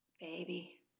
baby